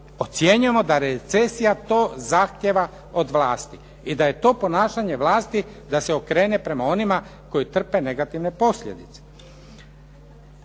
ocjenjujemo da recesija to zahtjeva od vlasti i da je to ponašanje vlasti da se okrene prema onima koji trpe negativne posljedice.